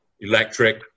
electric